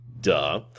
duh